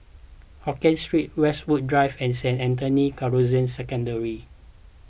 Hokien Street Westwood Drive and Saint Anthony's Canossian Secondary